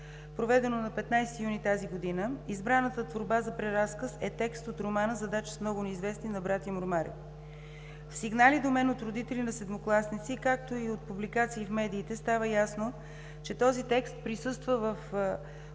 проведено на 15 юни тази година, избраната творба за преразказ е текст от романа „Задачи с много неизвестни“ на братя Мормареви. От сигнали до мен от родители на седмокласници, както и от публикации в медиите става ясно, че този текст присъства в учебна